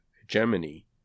hegemony